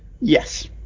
Yes